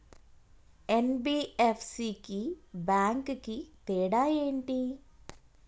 NBFC కి bank కి తేడా ఏంటి?